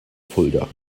fulda